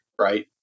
right